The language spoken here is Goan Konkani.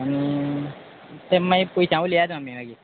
आनी ते मागीर पयशां उलोया तूं आमी मागीर